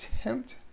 attempt